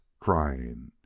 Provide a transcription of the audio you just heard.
crying